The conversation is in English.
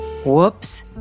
Whoops